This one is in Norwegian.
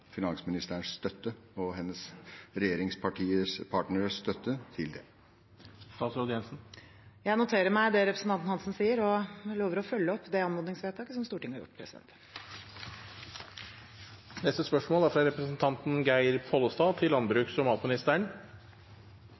finansministerens og hennes regjeringspartneres støtte til det. Jeg noterer meg det representanten Hansen sier, og lover å følge opp det anmodningsvedtaket Stortinget har gjort. Dette spørsmålet er trukket tilbake. «Gjennom økte kvoter, økte konsesjonsgrenser og